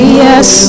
yes